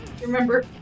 Remember